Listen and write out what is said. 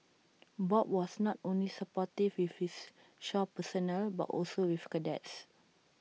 bob was not only supportive with his shore personnel but also with cadets